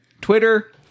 Twitter